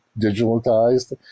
digitalized